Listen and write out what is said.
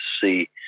see